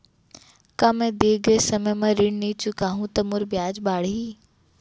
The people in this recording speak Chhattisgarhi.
का मैं दे गए समय म ऋण नई चुकाहूँ त मोर ब्याज बाड़ही?